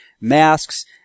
masks